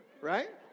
right